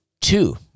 two